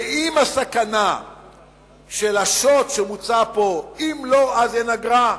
ואם הסכנה של השוט שמוצע פה, אם לא אז אין אגרה,